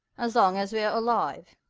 as long as we are alive.